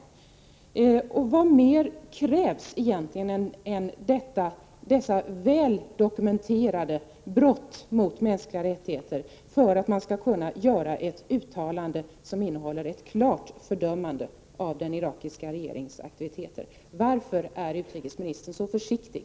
Vad mer krävs egentligen än dessa väl dokumenterade brott mot mänskliga rättigheter, för att man skall kunna göra ett uttalande som innehåller ett klart fördömande av den irakiska regeringens aktiviteter? Varför är utrikesministern så försiktig?